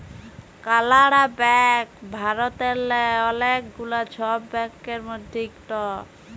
কালাড়া ব্যাংক ভারতেল্লে অলেক গুলা ছব ব্যাংকের মধ্যে ইকট